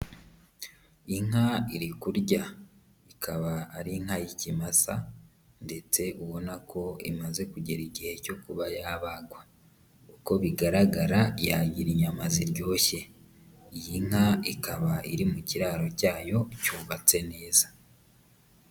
Inka iri kurya, ikaba ari inka y'ikimasa ndetse ubona ko imaze kugera igihe cyo kuba yabagwa, uko bigaragara yagira inyama ziryoshye, iyi nka ikaba iri mu kiraro cyayo cyubatse neza.